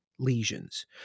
lesions